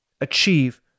achieve